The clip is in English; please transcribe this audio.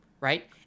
right